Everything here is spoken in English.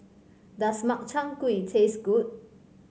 does Makchang Gui taste good